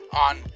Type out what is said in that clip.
on